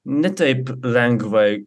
ne taip lengvai